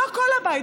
לא כל הבית,